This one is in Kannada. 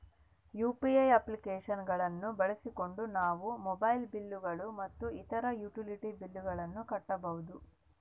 ಯು.ಪಿ.ಐ ಅಪ್ಲಿಕೇಶನ್ ಗಳನ್ನ ಬಳಸಿಕೊಂಡು ನಾವು ಮೊಬೈಲ್ ಬಿಲ್ ಗಳು ಮತ್ತು ಇತರ ಯುಟಿಲಿಟಿ ಬಿಲ್ ಗಳನ್ನ ಕಟ್ಟಬಹುದು